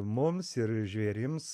mums ir žvėrims